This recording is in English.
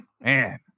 Man